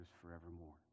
forevermore